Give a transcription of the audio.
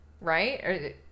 right